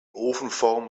ofenform